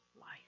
life